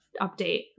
update